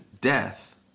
death